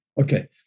Okay